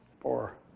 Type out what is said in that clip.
Four